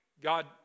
God